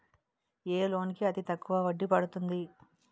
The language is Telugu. ఏ లోన్ కి అతి తక్కువ వడ్డీ పడుతుంది?